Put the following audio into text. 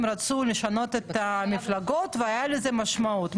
רצו לשנות את המפלגות והייתה לזה משמעות.